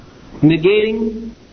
Negating